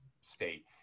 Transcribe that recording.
state